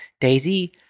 Daisy